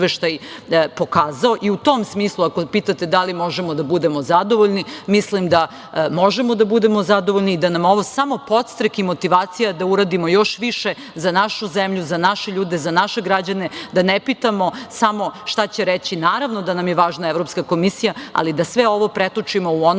tom smislu, ako pitate da li možemo da budemo zadovoljni, mislim da možemo da budemo zadovoljni i da nam je ovo samo podstrek i motivacija da uradimo još više za našu zemlju, za naše ljude, za naše građane, da ne pitamo samo šta će reći. Naravno, da nam je važna Evropska komisija, ali da sve ovo pretočimo u ono